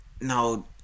No